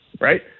Right